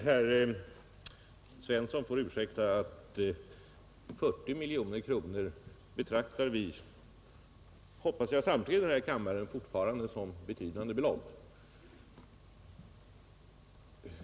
Herr talman! Herr Svensson i Malmö får ursäkta, men 40 miljoner kronor hoppas jag att alla andra här i kammaren fortfarande betraktar som ett betydande belopp.